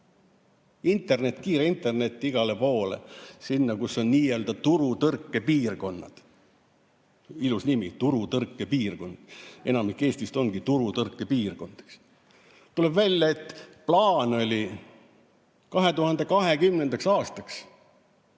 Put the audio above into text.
Internet, kiire internet igale poole, sinna, kus on nii‑öelda turutõrke piirkonnad. Ilus nimi: turutõrke piirkond. Enamik Eestist ongi turutõrke piirkond. Tuleb välja, et plaan oli selline, et 2020. aastaks